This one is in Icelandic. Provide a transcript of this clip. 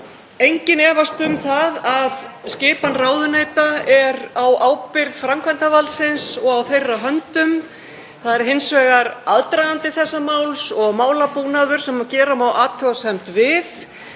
Enginn efast um það að skipan ráðuneyta er á ábyrgð framkvæmdarvaldsins og á höndum þess. Það er hins vegar aðdragandi þessa máls og málabúnaður sem gera má athugasemdir við.